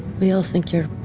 we all think you're